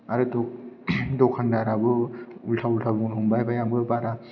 आरो द' दखानदाराबो उल्था उल्था बुंनो हमबाय आमफ्राय आंबो बारा